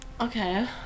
Okay